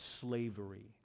slavery